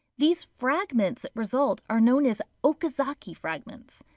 these fragments that result are known as okazaki fragments.